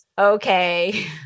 okay